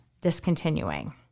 discontinuing